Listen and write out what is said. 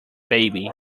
baby